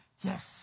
Yes